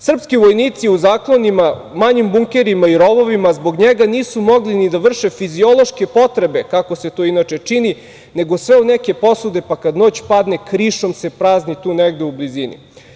Srpski vojnici u zaklonima, manjim bunkerima i rovovima zbog njega nisu mogli ni da vrše fiziološke potrebe, kako se to inače čini, nego sve u neke posude, pa kada noć padne krišom se prazni tu negde u blizini.